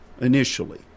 initially